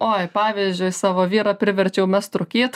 oi pavyzdžiui savo vyrą priverčiau mest rūkyt